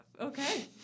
Okay